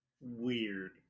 weird